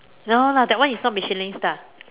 no lah that one is not Michelin star